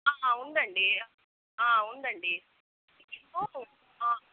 ఉందండీ ఉందండీ